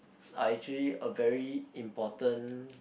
are actually a very important